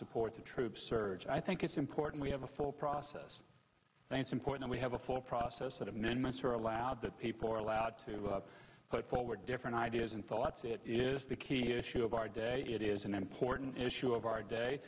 support the troop surge i think it's important we have a full process and it's important we have a full process that amendments are allowed that people are allowed to put forward different ideas and thoughts it is the key issue of our day it is an important issue of our day